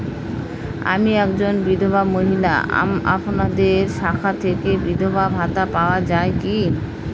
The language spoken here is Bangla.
আমি একজন বিধবা মহিলা আপনাদের শাখা থেকে বিধবা ভাতা পাওয়া যায় কি?